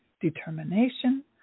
determination